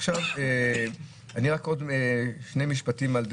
עוד שני משפטים.